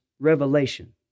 revelation